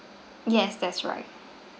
yes that's right